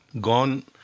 gone